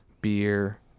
Beer